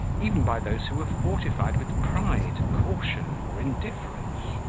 even by those who were fortified with pride, caution, or indifference.